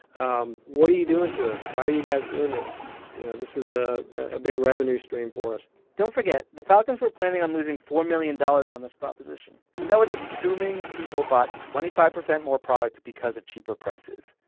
um what are you doing to us? why are you guys doing this? you know, this is a ah big revenue stream for us don't forget. the falcons were planning on losing four million dollars on this proposition and that was assuming people bought twenty five percent more product because of cheaper prices.